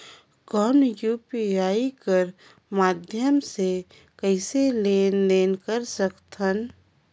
कौन यू.पी.आई कर माध्यम से कइसे लेन देन कर सकथव?